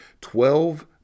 twelve